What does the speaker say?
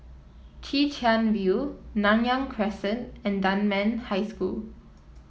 Chwee Chian View Nanyang Crescent and Dunman High School